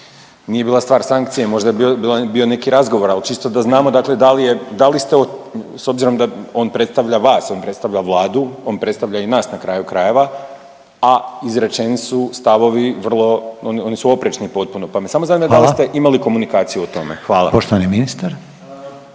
nije bila stvar sankcije, možda je bio neki razgovor, ali čisto da znamo dakle da li je, da li ste, s obzirom da on predstavlja vas, on predstavlja Vladu, on predstavlja i nas, na kraju krajeva, a izrečeni su stavovi vrlo, oni su oprečni potpuno, pa me samo zanima da li .../Upadica: Hvala./... ste imali komunikaciju o tome. Hvala. **Reiner,